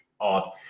odd